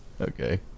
okay